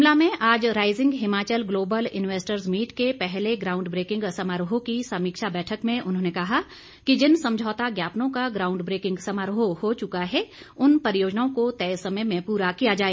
शिमला में आज rising Himachal global invests meet के पहले ग्राऊंड ब्रेकिंग समारोह की समीक्षा बैठक में उन्होंने कहा कि जिन समझौता ज्ञापनों का ग्राऊंड ब्रेकिंग समारोह को चुका है उन परियोजनाओं को तय समय में पूरा किया जाए